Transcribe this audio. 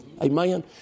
Amen